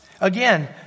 Again